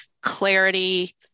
clarity